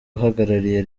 uhagarariye